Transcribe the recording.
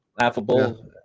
laughable